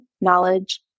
knowledge